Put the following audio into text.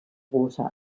water